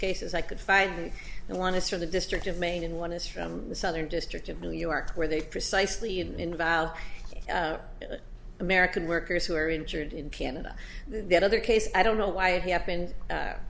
cases i could find and one is for the district of maine and one is from the southern district of new york where they precisely and vile american workers who were injured in canada the other case i don't know why it happened